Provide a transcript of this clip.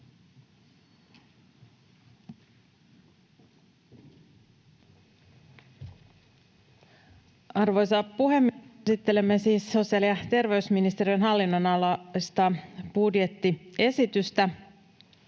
Arvoisa puhemies! Käsittelemme siis sosiaali- ja terveysministeriön hallinnonalan budjettiesitystä.